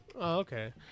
okay